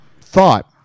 thought